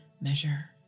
measure